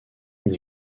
une